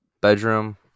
bedroom